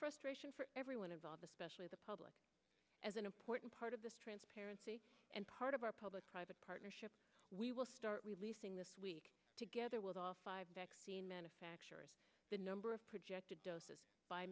frustration for everyone involved especially the public as an important part of this transparency and part of our public private partnership we will start releasing this week together with all five manufacturers the number of projected